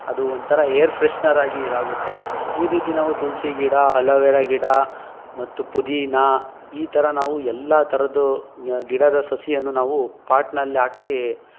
ಅದು ಒಂಥರ air freshener ಆಗಿ ಇದಾಗುತ್ತೆ ಈ ರೀತಿ ನಾವು ತುಳಸಿ ಗಿಡ ಹಲೋ ವೆರಾ ಗಿಡ ಮತ್ತು ಪುದೀನ ಈ ಥರ ನಾವು ಎಲ್ಲ ಥರದ್ದು ಗಿಡದ ಸಸಿಯನ್ನು ನಾವು ಪಾಟ್ನಲ್ಲಿ ಹಾಕಿ